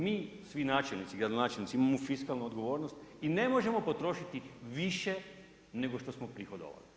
Mi svi načelnici, gradonačelnici, imamo fiskalnu odgovornost i ne možemo potrošiti više nego što smo prihodovali.